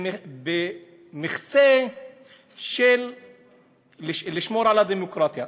בכיסוי של לשמור על הדמוקרטיה.